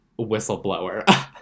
whistleblower